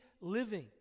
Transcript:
living